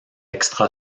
extra